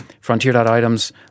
Frontier.items